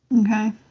Okay